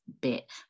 bit